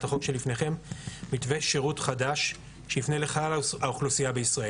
החוק שלפניכם מתווה שירות חדש שיפנה לכלל האוכלוסייה בישראל.